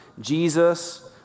Jesus